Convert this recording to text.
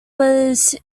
was